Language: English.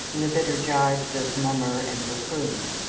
in the bitter gibes of mummer and buffoon.